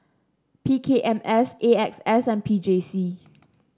P K M S A X S and P J C